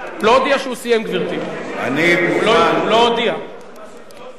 הוא לא הודיע שהוא סיים, גברתי.